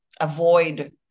avoid